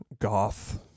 goth